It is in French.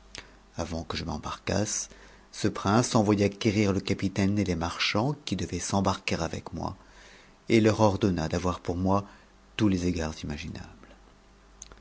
avant que je m'embarquasse ce prince envoya quérir le capitaine et les marchands t qui devaient s'embarquer avec moi et teur ordonna d'avoir pour moi n toustes égards imaginables